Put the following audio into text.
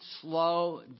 slow